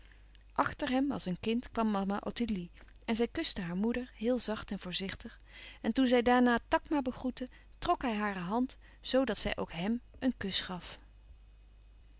achter hem als een kind kwam mama ottilie en zij kuste haar moeder heel zacht en voorzichtig en toen zij daarna takma begroette trok hij hare hand zoo dat zij ook hèm een kus gaf